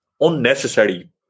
unnecessary